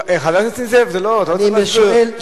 חבר הכנסת נסים זאב, אתה לא צריך להסביר.